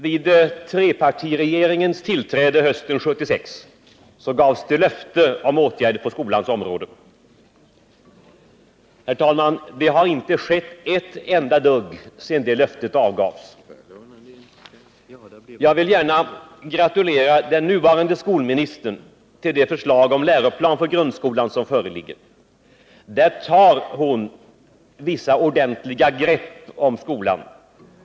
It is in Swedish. Vid trepartiregeringens tillträde hösten 1976 gavs det löfte om åtgärder på skolans område. Men, herr talman, det har inte skett ett enda dugg sedan det löftet avgavs. Jag vill gärna gratulera den nuvarande skolministern till det förslag om läroplan för grundskolan som föreligger. Där tar hon vissa ordentliga grepp om skolan.